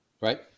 Right